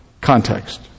context